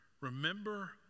Remember